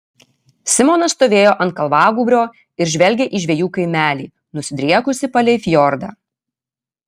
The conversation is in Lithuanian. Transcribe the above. simonas stovėjo ant kalvagūbrio ir žvelgė į žvejų kaimelį nusidriekusį palei fjordą